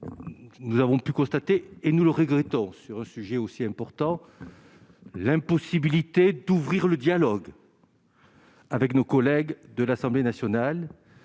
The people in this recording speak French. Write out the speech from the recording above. nous avons pu constater, et nous le regrettons, sur un sujet aussi important, l'impossibilité d'ouvrir le dialogue. Avec nos collègues de l'Assemblée nationale